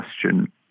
question